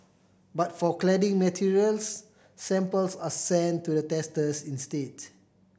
but for cladding materials samples are sent to the testers instead